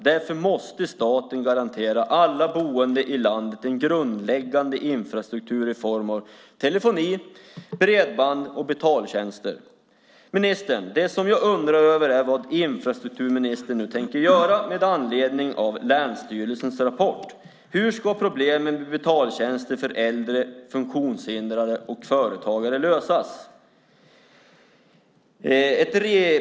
Därför måste staten garantera alla boende i landet en grundläggande infrastruktur i form av telefoni, bredband och betaltjänster. Det jag undrar över är vad infrastrukturministern tänker göra med anledning av länsstyrelsens rapport. Hur ska problemen med betaltjänster för äldre, funktionshindrade och företagare lösas?